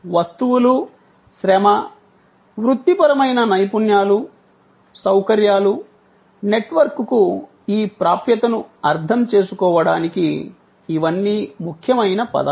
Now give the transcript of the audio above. వస్తువులు శ్రమ వృత్తిపరమైన నైపుణ్యాలు సౌకర్యాలు నెట్వర్క్కు ఈ ప్రాప్యతను అర్థం చేసుకోవడానికి ఇవన్నీ ముఖ్యమైన పదాలు